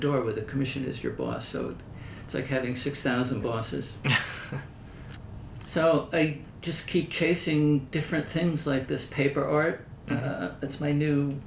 door with a commission is your boss so it's like having six thousand bosses so i just keep chasing different things like this paper or it's my new